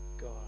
God